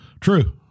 True